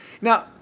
Now